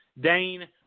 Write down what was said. Dane